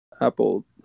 Apple